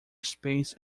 space